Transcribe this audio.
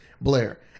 Blair